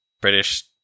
British